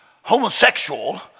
homosexual